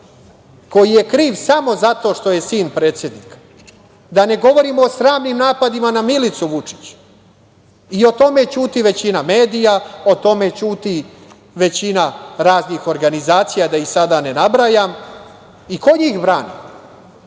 koji je kriv samo zato što je sin predsednika, da ne govorimo o sramnim napadima na Milicu Vučić. I o tome ćuti većina medija, o tome ćuti većina raznih organizacija, da ih sada ne nabrajam. Ko njih brani? Hajde